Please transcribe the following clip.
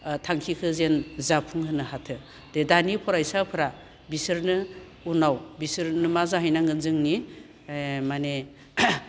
थांखिखो जेन जाफुंहोनो हाथो दे दानि फरायसाफोरा बिसोरनो उनाव बिसोरनो मा जाहैनांगोन जोंनि ओ माने